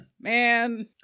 man